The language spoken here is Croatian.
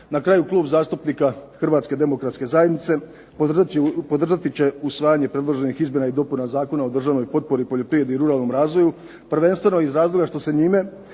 Na kraju Klub zastupnika Hrvatske demokratske zajednice podržati će usvajanje predloženih Izmjena i dopuna Zakona o državnoj potpori poljoprivredi i ruralnom razvoju prvenstveno iz razloga što se njime